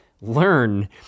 learn